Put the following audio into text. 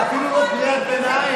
זאת אפילו לא קריאת ביניים.